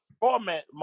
format